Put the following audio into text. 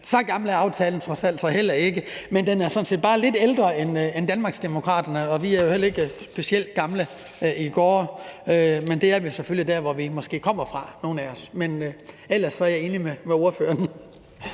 så gammel er aftalen trods alt heller ikke. Men den er sådan set bare lidt ældre end Danmarksdemokraterne, og vi er jo heller ikke specielt gamle i gårde, men det er vi selvfølgelig, nogle af os, måske der, hvor vi kommer fra. Men ellers er jeg enig med ordføreren.